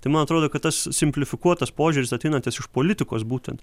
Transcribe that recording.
tai man atrodo kad tas simplifikuotas požiūris ateinantis iš politikos būtent